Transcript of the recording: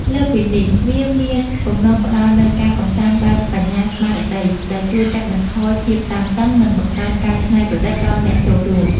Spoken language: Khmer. លើសពីនេះ វាមានបំណងផ្ដល់នូវការកម្សាន្តបែបបញ្ញាស្មារតី ដែលជួយកាត់បន្ថយភាពតានតឹង និងបង្កើនការច្នៃប្រឌិតដល់អ្នកចូលរួម។